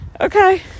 Okay